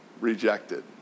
Rejected